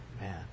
man